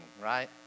right